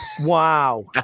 Wow